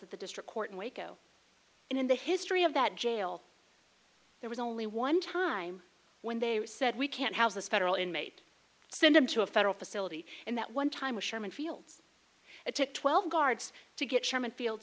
of the district court in waco and in the history of that jail there was only one time when they said we can't house this federal inmate send him to a federal facility and that one time was sherman fields it took twelve guards to get sherman field